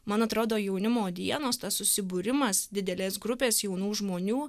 man atrodo jaunimo dienos tas susibūrimas didelės grupės jaunų žmonių